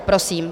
Prosím.